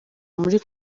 muri